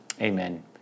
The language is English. Amen